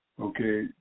Okay